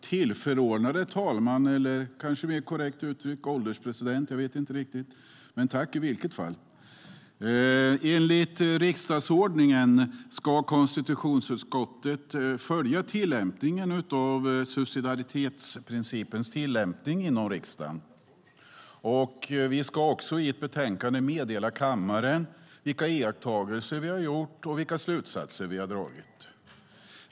Herr ålderspresident! Enligt riksdagsordningen ska konstitutionsutskottet följa tillämpningen av subsidiaritetsprincipens tillämpning inom riksdagen. Vi ska också i ett betänkande meddela kammaren vilka iakttagelser vi har gjort och vilka slutsatser vi har dragit.